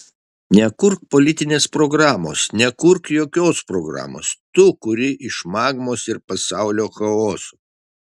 nekurk politinės programos nekurk jokios programos tu kuri iš magmos ir pasaulio chaoso